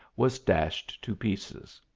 was dashed to pieces.